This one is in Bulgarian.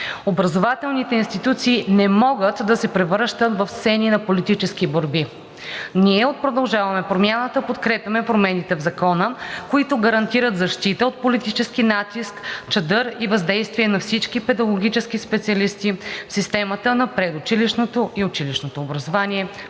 Образователните институции не могат да се превръщат в сцени на политически борби. Ние от „Продължаваме Промяната“ подкрепяме промените в Закона, които гарантират защита от политически натиск, чадър и въздействие на всички педагогически специалисти в системата на предучилищното и училищното образование.